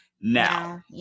now